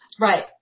Right